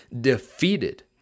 defeated